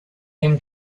him